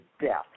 death